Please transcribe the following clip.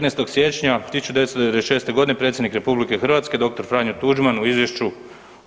15. siječnja 1996. predsjednik RH dr. Franjo Tuđman u izvješću